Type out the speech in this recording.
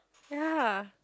ya